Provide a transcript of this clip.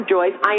Joyce